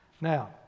Now